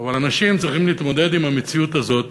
אבל אנשים צריכים להתמודד עם המציאות הזאת